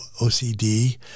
OCD